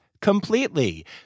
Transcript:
completely